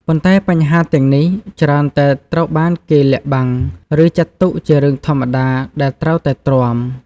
ប៉ុន្តែបញ្ហាទាំងនេះច្រើនតែត្រូវបានគេលាក់បាំង ឬចាត់ទុកជារឿងធម្មតាដែលត្រូវតែទ្រាំ។